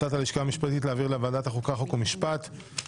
התשפ"ב-2022 לוועדת הפנים והגנת הסביבה נתקבלה.